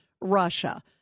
Russia